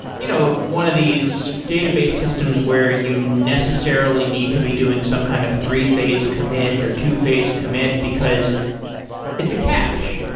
you know ah one of these database systems where you necessarily need to be doing some kind of three-phase commit, or two-phase commit because it's a cache.